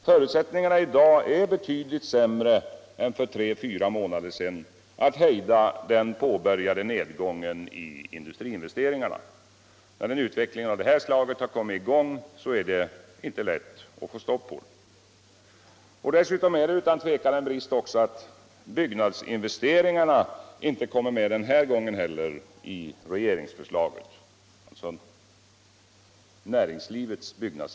Förutsättningarna är i dag betydligt sämre än för tre till fyra månader sedan att hejda den påbörjade nedgången i industriinvesteringarna. När en utveckling av det här slaget kommit i gång är det inte lätt att få stopp på den. Dessutom är det utan tvivel en brist att näringslivets byggnadsinvesteringar inte kommit med den här gången heller i regeringsförslaget.